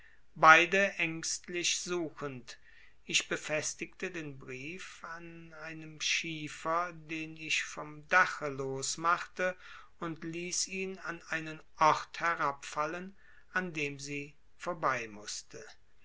beide ängstlich suchend ich befestige den brief an einem schiefer den ich vom dache los mache und lasse ihn an einen ort herabfallen an dem sie vorbei